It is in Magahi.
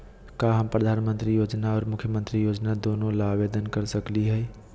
का हम प्रधानमंत्री योजना और मुख्यमंत्री योजना दोनों ला आवेदन कर सकली हई?